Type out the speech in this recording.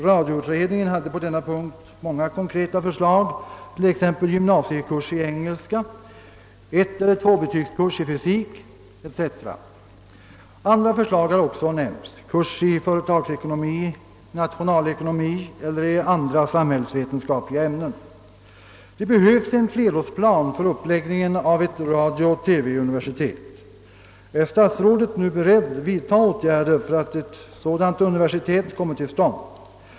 Radioutredningen hade på dennz punkt många konkreta förslag, t.ex. gymnasiekurs i engelska, etteller tvåbetygskurs i fysik, etc. Andra förslag har också nämnts: kurs i företagsekonomi, nationalekonomi eller i andra samhällsvetenskapliga ämnen. Det behövs en flerårsplan för uppläggningen av ett radiooch TV-universitet. Är statsrådet nu beredd vidtaga åtgärder för att ett sådant universitet kommer till stånd?